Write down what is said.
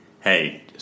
Hey